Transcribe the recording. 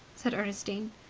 said ernestine.